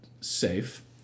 safe